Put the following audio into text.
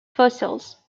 fossils